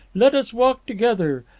let us walk together.